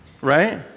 right